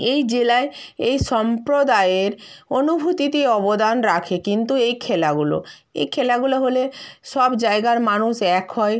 এই জেলায় এই সম্প্রদায়ের অনুভূতিতে অবদান রাখে কিন্তু এই খেলাগুলো এই খেলাগুলো হলে সব জায়গার মানুষ এক হয়